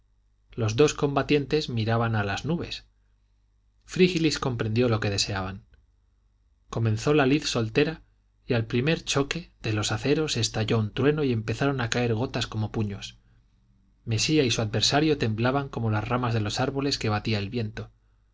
los dos combatientes miraban a las nubes frígilis comprendió lo que deseaban comenzó la lid soltera y al primer choque de los aceros estalló un trueno y empezaron a caer gotas como puños mesía y su adversario temblaban como las ramas de los árboles que batía el viento